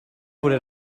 wurde